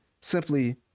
simply